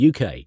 UK